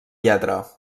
lletra